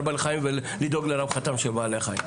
בעלי חיים ולדאוג לרווחתם של בעלי החיים,